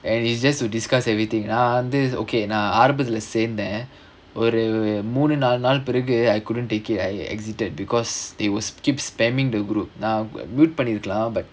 and it's just to discuss everything நா வந்து:naa vanthu okay lah ஆரம்பத்துல சேந்தேன் நா ஒரு மூணு நாலு நாள் பிறகு:naa aarambathula saenthen oru moonu naalu naal piragu I couldn't take it I exited because they will keep spamming the group நா:naa mute பண்ணீர்கலாம்:panneerkalaam but